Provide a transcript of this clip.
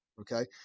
okay